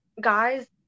guys